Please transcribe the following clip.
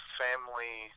family